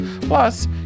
Plus